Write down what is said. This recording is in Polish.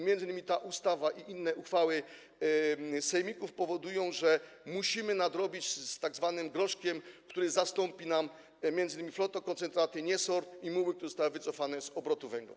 Między innymi ta ustawa i inne uchwały sejmików powodują, że musimy nadrobić wydobycie tzw. groszku, który zastąpi nam m.in. flotokoncentraty, niesort i muły, które zostały wycofane z obrotu węglem.